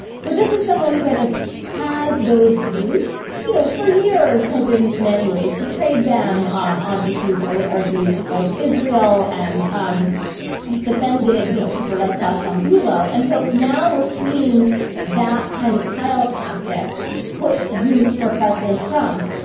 so this is someone who kind of has those roots. you know, for years has in many ways betrayed them um on issues. i would argue like israel and um has defended, you know, people like klaus von bulow. and so now we're seeing that kind of trial tactic put to use for president trump.